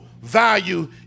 Value